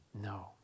No